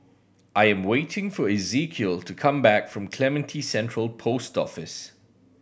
I'm waiting for Ezequiel to come back from Clementi Central Post Office